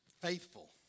faithful